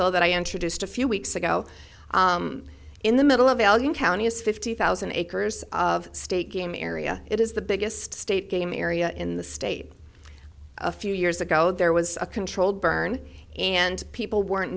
bill that i introduced a few weeks ago in the middle of alien county is fifty thousand acres of state game area it is the biggest state game area in the state a few years ago there was a controlled burn and people weren't